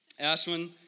Ashwin